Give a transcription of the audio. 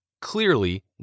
Clearly